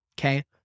Okay